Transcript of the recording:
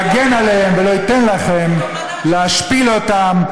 יגן עליהם ולא ייתן לכם להשפיל אותם,